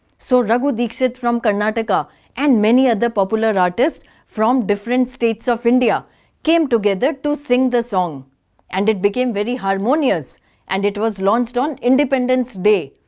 so raghu dixit from karnataka and many ah other popular artists from different states of india came together to sing the song and it became very harmonious and it was launched on independence day.